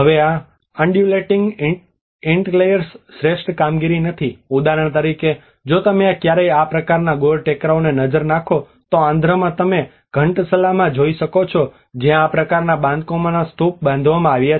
હવે આ અનડ્યુલેટિંગ ઇંટલેયર્સ શ્રેષ્ઠ કારીગરી નથી ઉદાહરણ તરીકે જો તમે ક્યારેય આ પ્રકારના ગોળ ટેકરાઓ પર નજર નાખો તો આંધ્રમાં તમે ઘંટસલામાં જોઈ શકો છો જ્યાં આ પ્રકારના બાંધકામોના સ્તૂપ બાંધવામાં આવ્યા છે